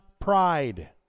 pride